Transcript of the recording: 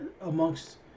amongst